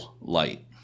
Light